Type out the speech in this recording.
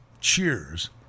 Cheers